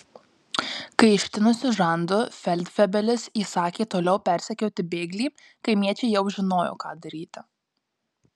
kai ištinusiu žandu feldfebelis įsakė toliau persekioti bėglį kaimiečiai jau žinojo ką daryti